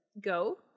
go